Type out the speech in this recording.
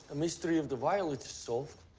mystery of the violets so